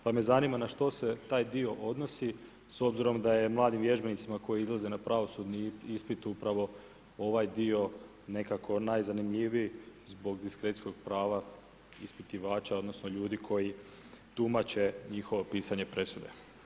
Pa me zanima na što se taj dio odnosi s obzirom da je mladim vježbenicima koji izlaze na pravosudni ispit upravo ovaj dio nekako najzanimljiviji zbog diskrecijskog prava ispitivača odnosno ljudi koji tumače njihovo pisanje presude?